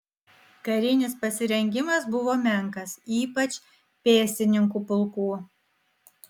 karinis pasirengimas buvo menkas ypač pėstininkų pulkų